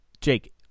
Jake